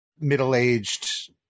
middle-aged